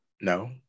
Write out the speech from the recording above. no